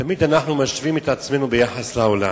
תמיד אנחנו משווים את עצמנו ביחס לעולם.